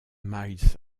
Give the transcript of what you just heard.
milles